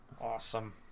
awesome